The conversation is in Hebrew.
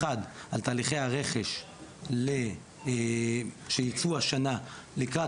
אחד על תהליכי הרכש שיצאו השנה לקראת